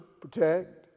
protect